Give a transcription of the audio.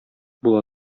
була